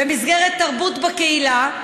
במסגרת תרבות בקהילה,